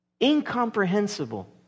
incomprehensible